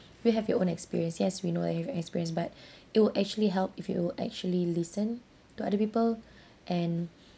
we have your own experience yes we know you've experience but it will actually help if you actually listen to other people and